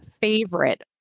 favorite